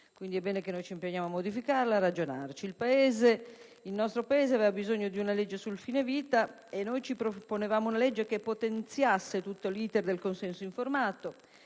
Quindi, è bene che ci impegniamo a modificarlo ed a ragionarci. Il nostro Paese aveva bisogno di una legge sul fine vita e noi ci proponevamo di pervenire ad un provvedimento che potenziasse tutto l'*iter* del consenso informato,